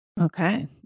Okay